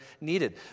needed